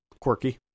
quirky